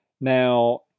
Now